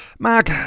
Mark